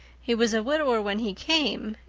he was a widower when he came,